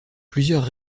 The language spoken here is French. plusieurs